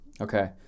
okay